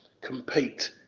compete